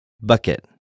Bucket